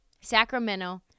Sacramento